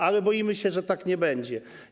Ale boimy się, że tak nie będzie.